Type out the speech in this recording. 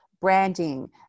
branding